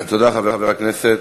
תודה, חבר הכנסת.